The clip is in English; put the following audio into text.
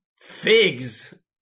Figs